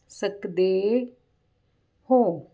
ਸਕਦੇ ਹੋ